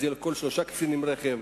יהיה לכל שלושה קצינים רכב,